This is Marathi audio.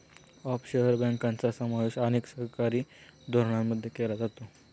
ऑफशोअर बँकांचा समावेश अनेक सरकारी धोरणांमध्ये केला जातो